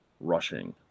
rushing